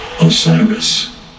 Osiris